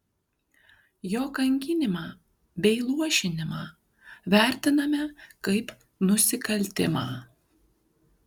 jo kankinimą bei luošinimą vertiname kaip nusikaltimą